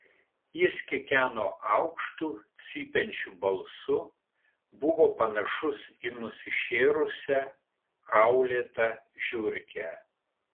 jis kikeno aukštu cypiančiu balsu buvo panašus į nusišėrusią kaulėtą žiurkę